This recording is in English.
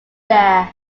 there